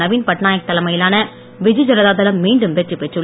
நவீன்பட்நாயக் தலைமையிலான பிஜு ஜனதா தளம் மீண்டும் வெற்றி பெற்றுள்ளது